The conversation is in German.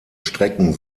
strecken